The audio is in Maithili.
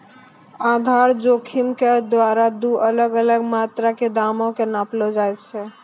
आधार जोखिम के द्वारा दु अलग अलग मात्रा के दामो के नापलो जाय छै